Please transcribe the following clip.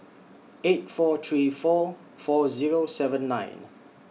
eight four three four four Zero seven nine